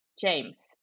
James